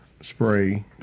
spray